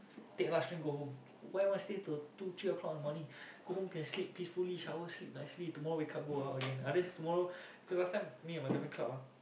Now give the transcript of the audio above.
take last train go home why want to stay to two three O-clock in the morning go home can sleep peacefully shower sleep nicely tomorrow wake up go out again unless tomorrow cause last time me and my girlfriend club ah